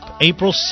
april